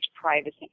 privacy